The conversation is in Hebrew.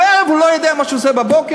בערב, בערב הוא לא יודע מה הוא עושה בבוקר?